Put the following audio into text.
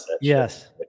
Yes